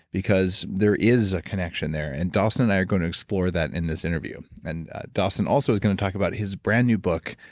because there is a connection there. and dawson and i are going to explore that in this interview. and dawson also is going to talk about his brand new book,